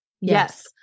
Yes